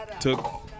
took